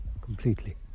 completely